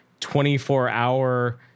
24-hour